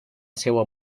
seua